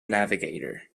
navigator